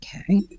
Okay